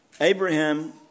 Abraham